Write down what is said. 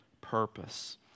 purpose